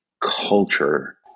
culture